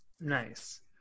Nice